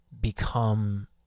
become